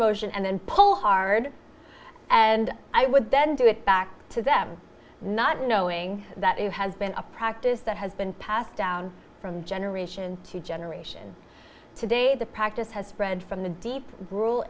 motion and then pull hard and i would then do it back to them not knowing that it has been a practice that has been passed down from generation to generation today the practice has spread from the deep bru